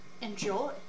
Enjoy